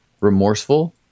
remorseful